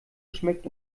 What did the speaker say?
schmeckt